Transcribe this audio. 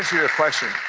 your question,